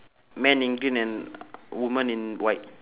man in green and woman in white